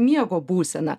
miego būsena